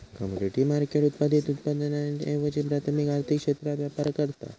commodity market उत्पादित उत्पादनांऐवजी प्राथमिक आर्थिक क्षेत्रात व्यापार करता